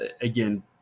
Again